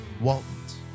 Waltons